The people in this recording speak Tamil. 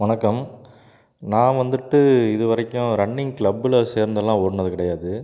வணக்கம் நான் வந்துட்டு இது வரைக்கும் ரன்னிங் க்ளப்பில் சேர்ந்தெல்லாம் ஓடுனது கிடையாது